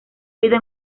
vida